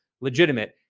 legitimate